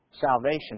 Salvation